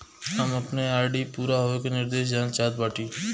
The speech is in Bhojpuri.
हम अपने आर.डी पूरा होवे के निर्देश जानल चाहत बाटी